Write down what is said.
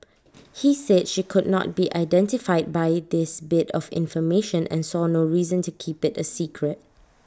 he said she could not be identified by this bit of information and saw no reason to keep IT secret